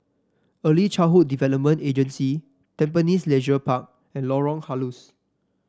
Early Childhood Development Agency Tampines Leisure Park and Lorong Halus